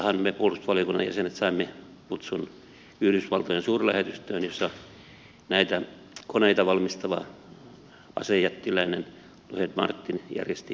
elokuussahan me puolustusvaliokunnan jäsenet saimme kutsun yhdysvaltojen suurlähetystöön jossa näitä koneita valmistava asejättiläinen lockheed martin järjesti markkinointitilaisuuden